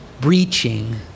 breaching